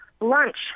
lunch